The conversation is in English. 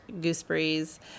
gooseberries